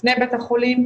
לפני בית החולים,